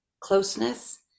closeness